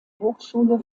hochschule